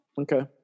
Okay